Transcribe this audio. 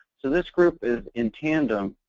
so this group is in tandem,